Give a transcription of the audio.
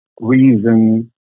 reason